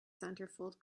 centerfold